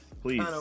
Please